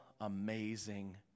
amazing